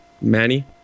manny